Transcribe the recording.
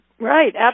Right